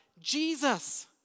Jesus